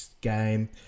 game